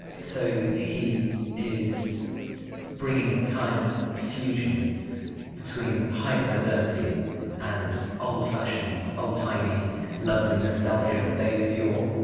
so he is bringing a kind of fusion between hyper modernity and old fashion old timey lovely nostalgia days of yore.